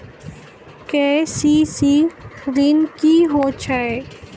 KCC ॠन की होय छै?